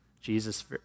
Jesus